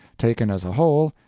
taken as a whole,